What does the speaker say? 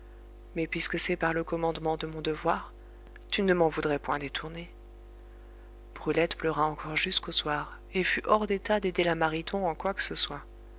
mais puisque c'est par le commandement de mon devoir tu ne m'en voudrais point détourner brulette pleura encore jusqu'au soir et fut hors d'état d'aider la mariton en quoi que ce soit